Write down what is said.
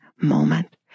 moment